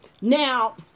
now